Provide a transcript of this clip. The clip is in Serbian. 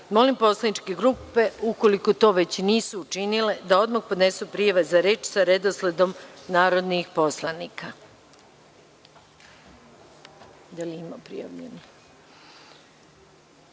poslaničke grupe, ukoliko to već nisu učinile, da odmah podnesu prijave za reč sa redosledom narodnih poslanika. Saglasno